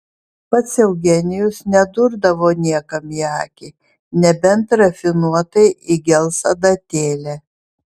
pats eugenijus nedurdavo niekam į akį nebent rafinuotai įgels adatėle